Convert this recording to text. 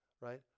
right